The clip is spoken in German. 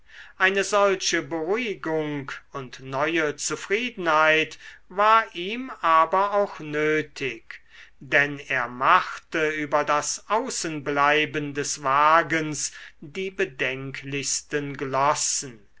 eine solche beruhigung und neue zufriedenheit war ihm aber auch nötig denn er machte über das außenbleiben des wagens die bedenklichsten glossen